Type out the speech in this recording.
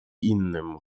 innym